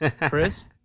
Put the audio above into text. Chris